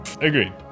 Agreed